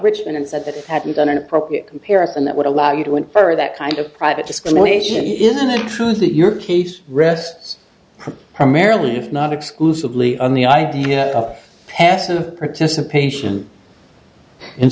richmond and said that it happens on an appropriate comparison that would allow you to infer that kind of private discrimination isn't it true that your case rests primarily if not exclusively on the idea of passive participation in